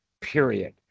Period